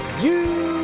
you